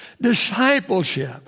Discipleship